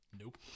Nope